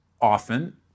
often